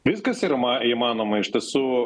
viskas yra ma įmanoma iš tiesų